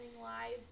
live